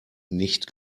nicht